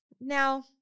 Now